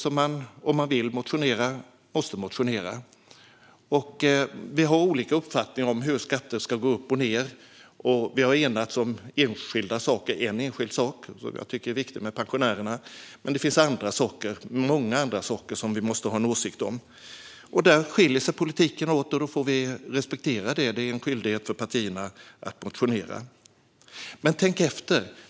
Om man vill motionera måste man göra det nu. Vi har olika uppfattningar om hur skatter ska gå upp eller ned, och vi har enats om en enskild sak som jag tycker är viktig: pensionärerna. Men det finns många andra saker som vi måste ha en åsikt om. Där skiljer sig politiken åt, och då får vi respektera det. Det är en skyldighet för partierna att motionera. Men tänk efter!